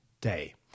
day